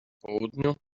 południu